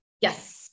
Yes